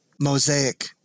mosaic